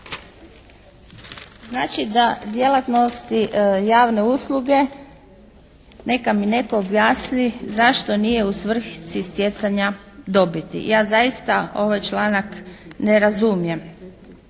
Znači da djelatnosti javne usluge neka mi netko objasni zašto nije u svrsi stjecanja dobiti. Ja zaista ovaj članak ne razumijem.